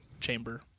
chamber